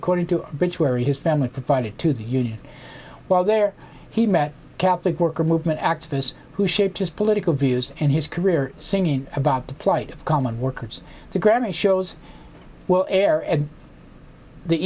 according to bridge where his family provided to the union while there he met a catholic worker movement activists who shaped his political views and his career singing about the plight of common workers the grammy shows will air and the